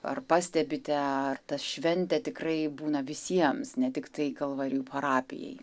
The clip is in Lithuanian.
ar pastebite ar ta šventė tikrai būna visiems ne tiktai kalvarijų parapijai